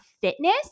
fitness